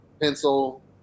pencil